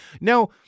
now